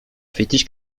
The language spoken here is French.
fétiche